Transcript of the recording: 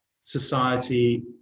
society